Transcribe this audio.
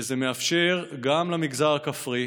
וזה מאפשר גם למגזר הכפרי